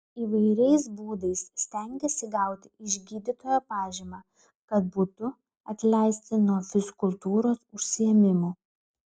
įvairiais būdais stengiasi gauti iš gydytojo pažymą kad būtų atleisti nuo fizkultūros užsiėmimų